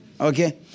Okay